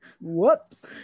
whoops